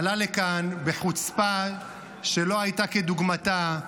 עלה לכאן בחוצפה שלא הייתה כדוגמתה,